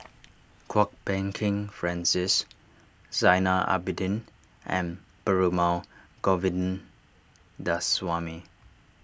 Kwok Peng Kin Francis Zainal Abidin and Perumal Govindaswamy